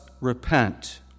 repent